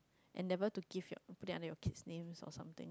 and never to give your put them under your kids name or something